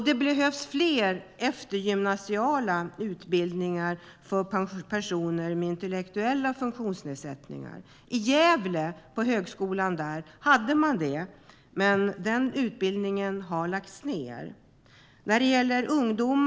Det behövs också fler eftergymnasiala utbildningar för personer med intellektuella funktionsnedsättningar. På högskolan i Gävle hade man det, men den utbildningen har lagts ned.